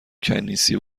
کنیسه